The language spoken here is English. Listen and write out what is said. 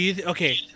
Okay